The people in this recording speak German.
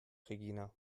regina